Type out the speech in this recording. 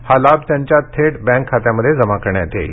हा लाभ त्यांच्या थेट बँक खात्यामध्ये जमा करण्यात येईल